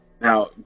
now